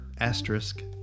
asterisk